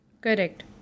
Correct